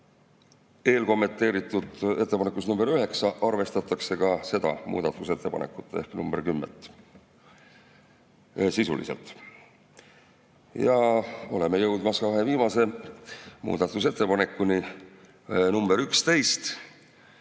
kommenteeritud ettepanekus nr 9 arvestatakse ka seda muudatusettepanekut ehk ettepanekut nr 10 sisuliselt. Oleme jõudmas kahe viimase muudatusettepanekuni. Nr 11: